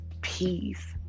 peace